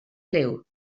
liw